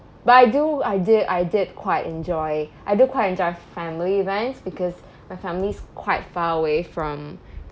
but I do I did I did quite enjoy I did quite enjoy family events because my family's quite far away from